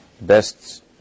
best